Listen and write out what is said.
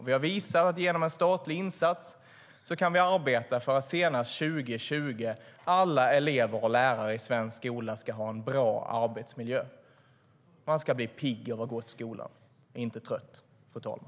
Vi har visat att genom en statlig insats kan vi arbeta för att alla elever och lärare i svensk skola ska ha en bra arbetsmiljö senast 2020. Man ska bli pigg av att gå i skolan, inte trött, fru talman.